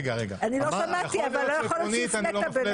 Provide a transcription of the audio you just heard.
אני לא שמעתי, אבל לא יכול להיות שהפלית בינינו.